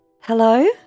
Hello